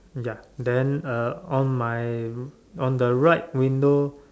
ya then uh on my r~ on the right window